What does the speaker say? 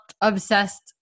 obsessed